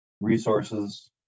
resources